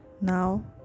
now